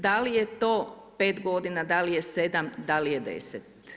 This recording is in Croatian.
Da li je to 5 godina, da li je 7, da li je 10?